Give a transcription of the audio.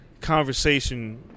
conversation